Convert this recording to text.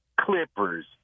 Clippers